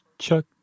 Chuck